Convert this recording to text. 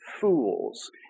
fools